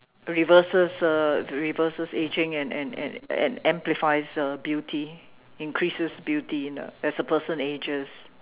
reverses uh reverses aging and and and and amplifies the beauty increases beauty in the as a person ages